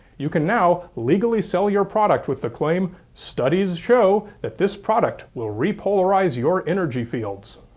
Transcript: you can now legally sell your product with the claim studies show that this product will repolarize your energy fields.